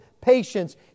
patience